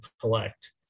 collect